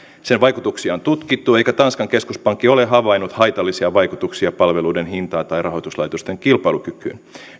sen vaikutuksia on tutkittu eikä tanskan keskuspankki ole havainnut haitallisia vaikutuksia palveluiden hintaan tai rahoituslaitosten kilpailukykyyn